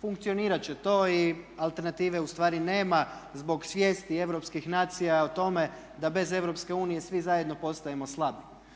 funkcionirat će to i alternative ustvari nema zbog svijesti europskih nacija o tome da bez EU svi zajedno postajemo slabi.